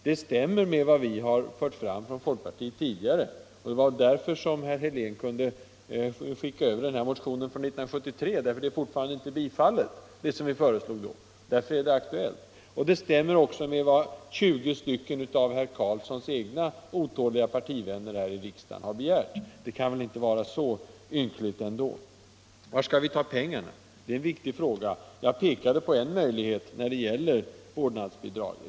Det stämmer med vad vi i folkpartiet har barnfamiljer, m.m. fört fram tidigare, och det var väl därför som herr Helén kunde skicka över motionen från 1973. Vad vi föreslog då är fortfarande inte bifallet, och därför är motionen aktuell. Det stämmer också med vad 20 av herr Karlssons egna otåliga partivänner här i riksdagen har begärt. Det kan väl inte vara så ynkligt ändå. Var skall vi ta pengarna till vårdnadsbidragen? undrade herr Karlsson. Det är en viktig fråga. Jag pekade på en möjlighet.